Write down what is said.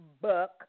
book